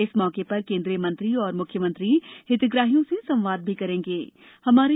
इस मौके र केन्द्रीय मंत्री और म्ख्यमंत्री हितग्राहियों से संवाद भी करेंगे